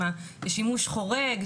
עם השימוש חורג,